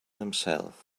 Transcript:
himself